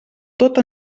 tot